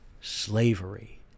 slavery